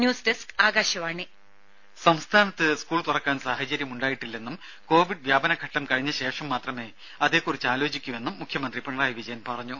news desk Akashvani സംസ്ഥാനത്ത് school തുറക്കാൻ സാഹചര്യം ഉണ്ടായിട്ടില്ലെന്നും കോവിഡ് വ്യാപനഘട്ടം കഴിഞ്ഞ ശേഷം മാത്രമേ അതിനെക്കുറിച്ച് ആലോചിക്കൂ എന്നും മുഖ്യമന്ത്രി പിണറായി വിജയൻ പറഞ്ഞു